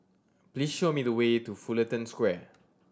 please show me the way to Fullerton Square